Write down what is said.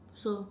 so